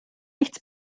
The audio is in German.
nichts